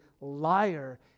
liar